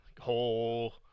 whole